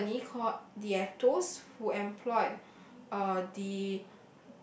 company called Dietos who employed uh the